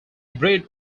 breed